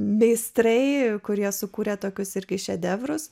meistrai kurie sukūrė tokius ir šedevras